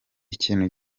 ikintu